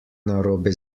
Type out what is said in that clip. narobe